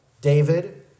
David